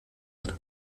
wird